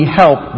help